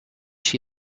she